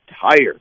tired